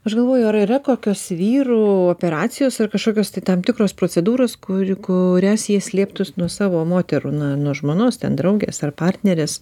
aš galvoju ar yra kokios vyrų operacijos ar kažkokios tai tam tikros procedūros kur kurias jie slėptųsi nuo savo moterų na nuo žmonos ten draugės ar partnerės